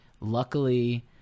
luckily